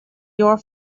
your